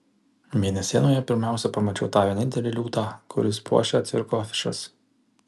mėnesienoje pirmiausia pamačiau tą vienintelį liūtą kuris puošia cirko afišas